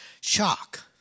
Shock